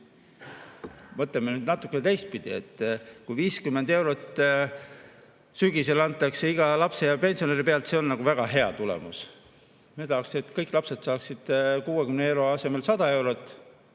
Mõtleme nüüd natuke teistpidi. See, kui 50 eurot sügisel antakse igale lapsele ja pensionärile, on nagu väga hea tulemus. Aga me tahaks, et kõik lapsed saaksid 60 euro asemel 100 eurot